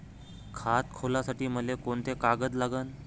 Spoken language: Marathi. खात खोलासाठी मले कोंते कागद लागन?